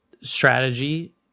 strategy